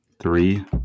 three